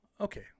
okay